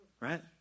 right